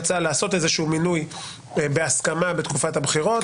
איזה שהוא מינוי בהסכמה בתקופת הבחירות,